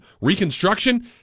reconstruction